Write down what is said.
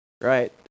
right